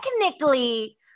technically